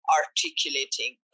articulating